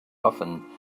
often